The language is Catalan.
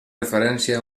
referència